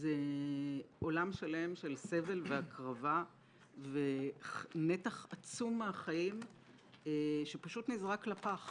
זה עולם שלם של סבל והקרבה ונתח עצום מהחיים שפשוט נזרק לפח